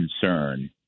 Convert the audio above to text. concern